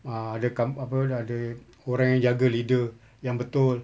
ah ada com~ apa ada orang yang jaga leader yang betul